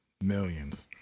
Millions